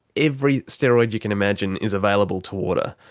every steroid you can imagine is available to order.